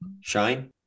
Shine